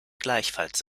gleichfalls